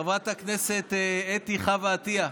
מחברת הכנסת אתי חוה עטייה.